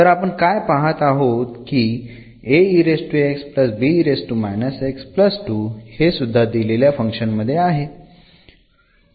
तर आपण काय पाहत आहोत की हे सुद्धा दिलेल्या फंक्शन मध्ये आहे